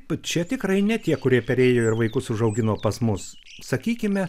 bet čia tikrai ne tie kurie perėjo ir vaikus užaugino pas mus sakykime